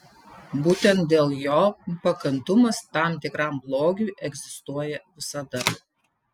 būtent dėl jo pakantumas tam tikram blogiui egzistuoja visada